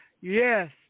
yes